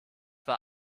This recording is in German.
war